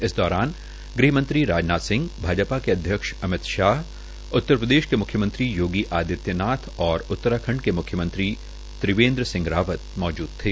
इस दौरान गृहमंत्री राजनाथ सिंह भाजपा के अध्यक्ष अमित शाह उत्तरप्रदेश के मुख्यमंत्री योगी आदित्यनाथ व उत्तराखंड के मुख्यमंत्री त्रिवेन्द्र सिंह रावत मौजूद थे